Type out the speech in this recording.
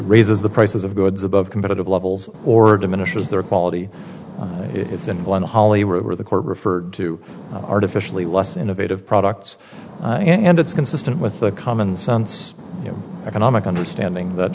raises the prices of goods above competitive levels or diminishes their quality it's and one holly were the court referred to artificially less innovative products and it's consistent with the common sense you know economic understanding that